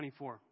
24